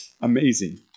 Amazing